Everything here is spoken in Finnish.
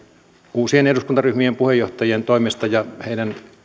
uusien eduskuntaryhmien puheenjohtajien toimesta ja heidän